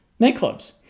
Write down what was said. nightclubs